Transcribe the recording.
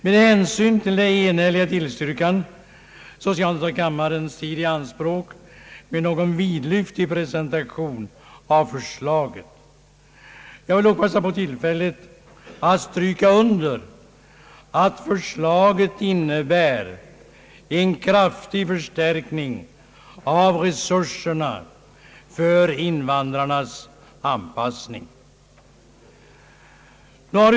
Med hänsyn till det enhälliga tillstyrkandet skall jag inte ta kammarens tid i anspråk med någon vidlyftig presentation av förslaget. Jag vill dock passa på tillfället att stryka under att förslaget innebär en kraftig förstärkning av resurserna för invandrarnas anpassning.